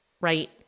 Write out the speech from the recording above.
Right